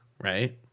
Right